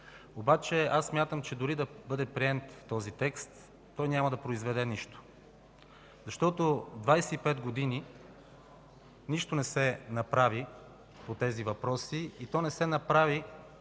Обаче аз смятам, че дори да бъде приет този текст, той няма да произведе нищо, защото 25 години нищо не се направи по тези въпроси. И не се направи,